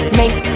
make